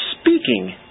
speaking